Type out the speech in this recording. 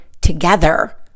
together